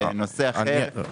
זה נושא אחר.